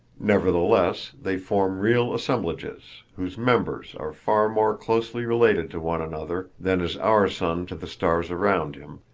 nevertheless they form real assemblages, whose members are far more closely related to one another than is our sun to the stars around him,